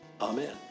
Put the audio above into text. Amen